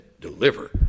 deliver